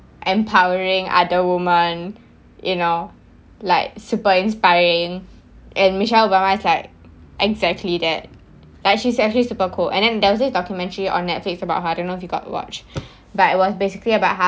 empowering other woman you know like super inspiring and michelle obama is like exactly that but actually she's actually super cool and then there was this documentary on Netflix about her I don't know if you got watch but it was basically about